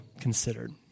considered